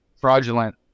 fraudulent